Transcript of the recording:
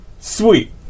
Sweet